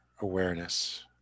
awareness